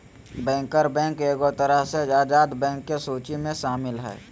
banker bank एगो तरह से आजाद बैंक के सूची मे शामिल हय